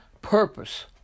purpose